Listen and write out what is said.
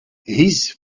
his